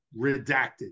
redacted